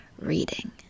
reading